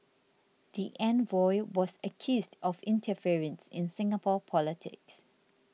the envoy was accused of interference in Singapore politics